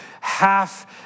half